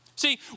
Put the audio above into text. See